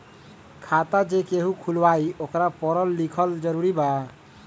खाता जे केहु खुलवाई ओकरा परल लिखल जरूरी वा?